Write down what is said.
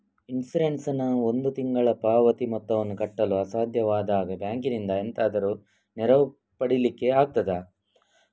Insurance ನ ಒಂದು ತಿಂಗಳ ಪಾವತಿ ಮೊತ್ತವನ್ನು ಕಟ್ಟಲು ಅಸಾಧ್ಯವಾದಾಗ ಬ್ಯಾಂಕಿನಿಂದ ಎಂತಾದರೂ ನೆರವು ಪಡಿಲಿಕ್ಕೆ ಆಗ್ತದಾ?